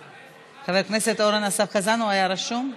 חבר הכנסת אורן אסף חזן היה רשום?